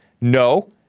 No